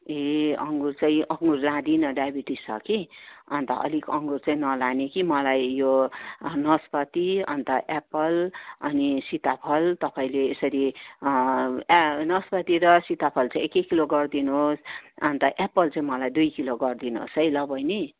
ए अङ्गुर चाहिँ अङ्गुर लादिनँ डाइबिटिज छ कि अन्त अलिक अङ्गुर चाहिँ नलाने कि मलाई यो नास्पाती अन्त एप्पल अनि सीताफल तपाईँले यसरी नास्पाती र सीताफल चाहिँ एक एक किलो गरिदिनु होस् अन्त एप्पल चाहिँ मलाई दुई किलो गरिदिनु होस् है ल बहिनी